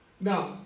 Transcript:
Now